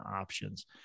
options